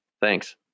Thanks